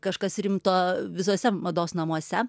kažkas rimto visose mados namuose